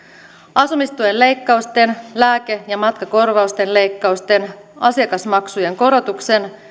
asumistuen leikkausten lääke ja matkakorvausten leikkausten asiakasmaksujen korotuksen